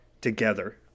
together